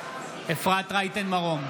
רייטן מרום,